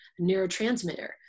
neurotransmitter